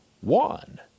one